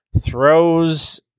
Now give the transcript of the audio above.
throws